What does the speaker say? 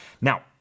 Now